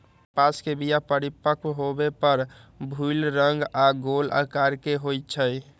कपास के बीया परिपक्व होय पर भूइल रंग आऽ गोल अकार के होइ छइ